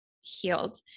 healed